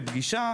לפגישה,